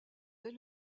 dès